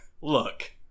look